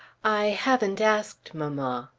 i haven't asked mamma.